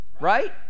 Right